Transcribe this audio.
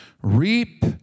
Reap